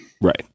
Right